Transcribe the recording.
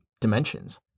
dimensions